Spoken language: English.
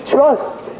Trust